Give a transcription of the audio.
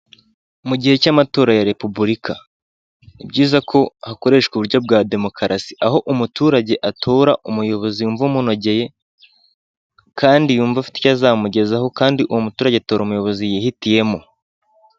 Mugihe cy'amatora ya repubulika ni byiza ko hakoreshwa uburyo bwa demokarasi, aho umuturage atora umuyobozi wumva umunogeye kandi yumva afite icyo azamugezaho, kandi muturage atora umuyobozi yihitiyemo.